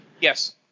Yes